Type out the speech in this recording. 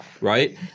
right